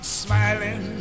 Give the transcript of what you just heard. smiling